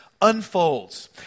unfolds